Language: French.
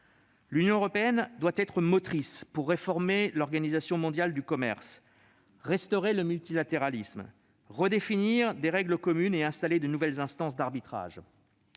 L'Union européenne doit être motrice pour réformer l'Organisation mondiale du commerce, restaurer le multilatéralisme, redéfinir des règles communes et installer de nouvelles instances d'arbitrage.